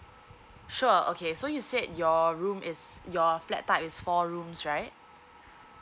sure okay so you said your room is your flat type is four rooms right